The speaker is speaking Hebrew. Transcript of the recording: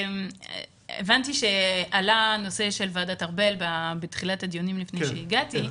הבנתי שעלה הנושא של ועדת ארבל בתחילת הדיון לפני שהגעתי.